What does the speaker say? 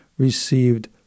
received